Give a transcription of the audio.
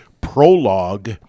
prologue